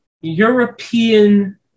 European